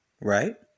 Right